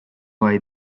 gai